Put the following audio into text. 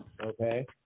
okay